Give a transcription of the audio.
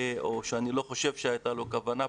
או שאני לא חושב שהייתה לו כוונה,